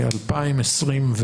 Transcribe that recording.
2,021,